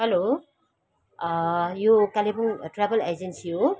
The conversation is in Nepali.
हेलो यो कालिम्पोङ ट्राभल एजेन्सी हो